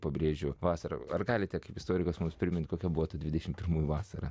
pabrėžiu vasara ar galite kaip istorikas mums priminti kokia buvo dvidešim pirmųjų vasarą